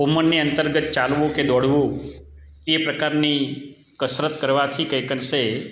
ઉમરની અંતર્ગત ચાલવું કે દોડવું એ પ્રકારની કસરત કરવાથી કંઈક અંશે